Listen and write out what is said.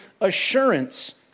assurance